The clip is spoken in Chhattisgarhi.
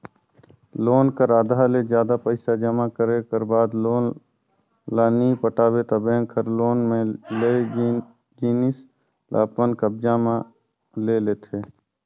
लोन कर आधा ले जादा पइसा जमा करे कर बाद लोन ल नी पटाबे ता बेंक हर लोन में लेय जिनिस ल अपन कब्जा म ले लेथे